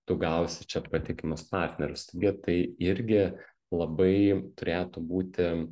tu gausi čia patikimus partnerius taigi tai irgi labai turėtų būti